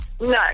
No